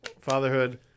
Fatherhood